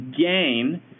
gain